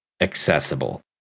accessible